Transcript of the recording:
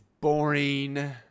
boring